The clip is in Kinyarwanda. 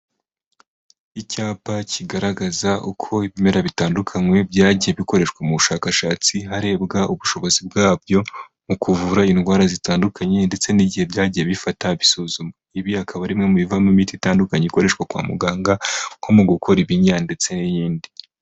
Icyapa kigaragaza uko ibimera bitandukanywe byagiye bikoreshwa mu bushakashatsi, harebwa ubushobozi bwabyo mu kuvura indwara zitandukanye, ndetse n'igihe byagiye bifata bisuzumwa, ibi akaba ari bimwe mu bivamo imiti itandukanye ikoreshwa kwa muganga, nko mu gukora ibinya, ndetse n'iyindi.